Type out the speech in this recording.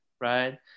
right